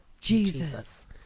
Jesus